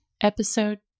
Episode